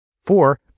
Four